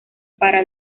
para